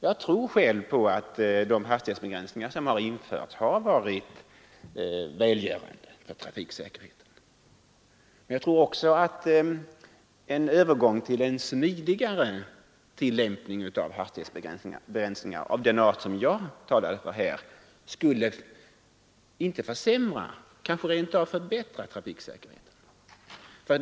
Jag tror själv på att de hastighetsbegränsningar som har införts har varit välgörande för trafiksäkerheten. Men jag tror också att en övergång till en smidigare tillämpning av hastighetsbegränsningar av den art som jag talade för inte skulle försämra utan kanske rent av förbättra trafiksäkerheten.